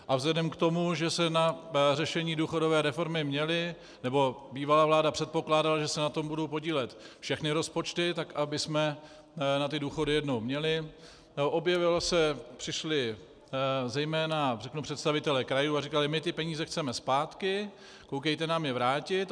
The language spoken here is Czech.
A vzhledem k tomu, že se na řešení důchodové reformy měly, nebo bývalá vláda předpokládala, že se na tom budou podílet všechny rozpočty, tak abychom na ty důchody jednou měli, přišli zejména představitelé krajů a řekli: my ty peníze chceme zpátky, koukejte nám je vrátit.